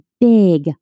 big